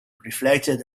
reflected